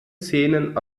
szenen